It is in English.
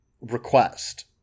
request